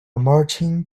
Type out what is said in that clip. marching